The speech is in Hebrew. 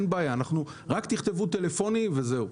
רק תכתבו טלפוני וזהו.